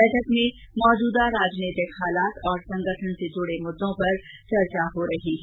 बैठक में मौजूदा राजनीतिक हालात और संगठन से जुड़े मुददों पर चर्चा हो रही है